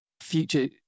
future